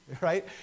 right